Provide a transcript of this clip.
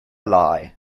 lie